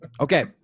Okay